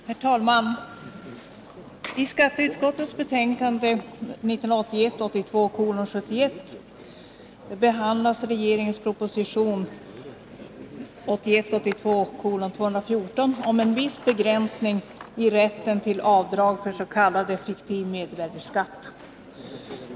Herr talman! I skatteutskottets betänkande 1981 82:214 om en viss begränsning i rätten till avdrag för s.k. fiktiv mervärdeskatt.